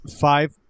five